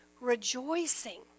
rejoicing